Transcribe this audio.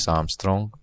Armstrong